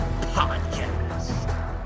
Podcast